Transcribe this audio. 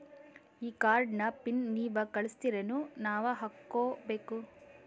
ಈ ಕಾರ್ಡ್ ನ ಪಿನ್ ನೀವ ಕಳಸ್ತಿರೇನ ನಾವಾ ಹಾಕ್ಕೊ ಬೇಕು?